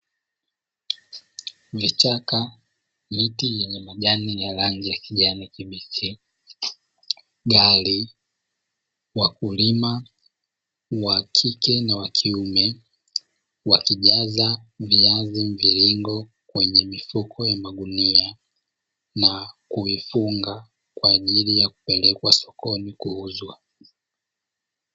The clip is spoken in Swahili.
Vichaka, miti yenye majani ya rangi ya kijani kibichi, gari, wakulima wa kike na wa kiume, wakijaza viazi mviringo kwenye mifuko ya magunia, na kuifunga kwa ajili ya kupelekwa sokoni kuuzwa.